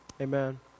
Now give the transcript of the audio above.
Amen